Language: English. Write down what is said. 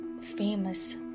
Famous